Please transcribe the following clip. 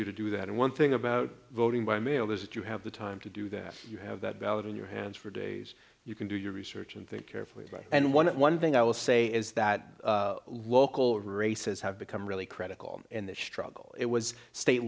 you to do that and one thing about voting by mail is if you have the time to do that you have that ballot in your hands for days you can do your research and think carefully and one thing i will say is that local races have become really critical in this struggle it was state